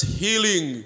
healing